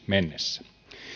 mennessä